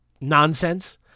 nonsense